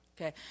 Okay